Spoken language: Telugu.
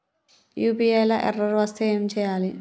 యూ.పీ.ఐ లా ఎర్రర్ వస్తే ఏం చేయాలి?